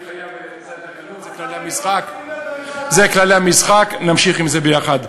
זה כללי המשחק, נמשיך עם זה ביחד.